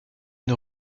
une